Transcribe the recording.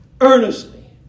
earnestly